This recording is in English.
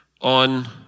On